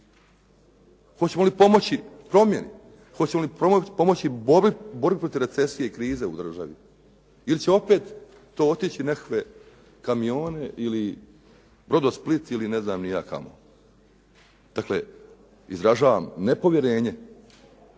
Hoćemo li pomoći promjeni, hoćemo li pomoći borbi protiv recesije i krize u državi ili će to opet otići nekakve kamione, ili Brodosplit ili ne znam ni ja kamo. Dakle, izražavam nepovjerenje